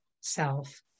self